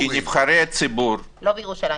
אם המטרה שלנו כאן כנבחרי ציבור --- לא בירושלים.